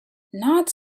not